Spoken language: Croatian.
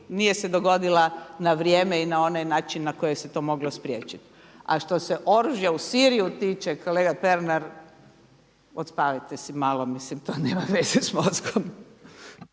nije se dogodila na vrijeme i na onaj način na koji se to moglo spriječiti. A što se oružja u Siriju tiče kolega Pernar, odspavajte si malo, mislim to nema veze s mozgom.